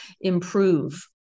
improve